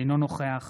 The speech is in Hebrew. אינו נוכח